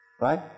right